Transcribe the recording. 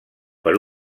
per